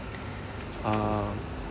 uh